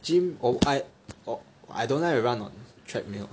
gym oh I oh I don't like to run on treadmill